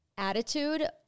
attitude